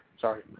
sorry